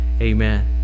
amen